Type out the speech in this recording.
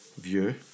view